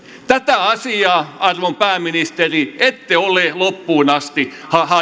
tätä asiaa arvon pääministeri ette ole loppuun asti